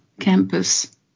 campus